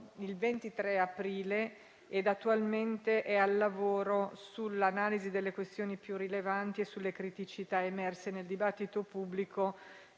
attualmente è al lavoro sull'analisi delle questioni più rilevanti e sulle criticità emerse nel dibattito pubblico,